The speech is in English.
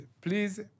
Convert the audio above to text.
please